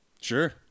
Sure